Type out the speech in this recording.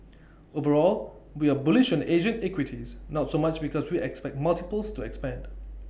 overall we are bullish on Asian equities not so much because we expect multiples to expand